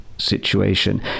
situation